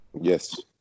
Yes